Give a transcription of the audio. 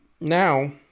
now